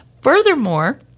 Furthermore